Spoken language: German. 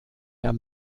der